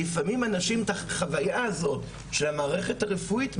לפעמים החוויה הזאת של המערכת הרפואית,